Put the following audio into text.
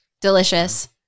Delicious